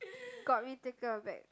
got ridicule a bit